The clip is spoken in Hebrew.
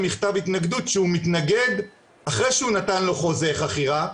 מכתב התנגדות שהוא מתנגד אחרי שהוא נתן לו חוזה חכירה,